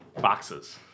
Boxes